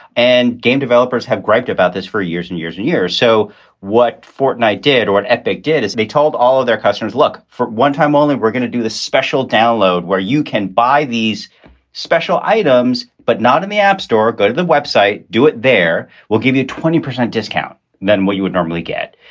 and game developers have griped about this for years and years and years. so what fortnight did what they did is they told all of their customers, look, for one time only, we're going to do the special download where you can buy these special items, but not in the app store. go to the website, do it there. we'll give you a twenty percent discount then what you would normally get.